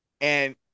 And-